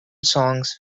songs